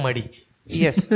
yes